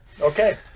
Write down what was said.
Okay